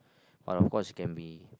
but of course it can be